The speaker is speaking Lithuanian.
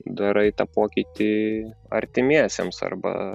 darai tą pokytį artimiesiems arba